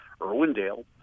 Irwindale